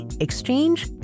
exchange